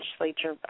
legislature